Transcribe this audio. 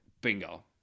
Bingo